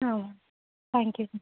ಹಾಂ ma'am thank you